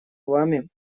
вами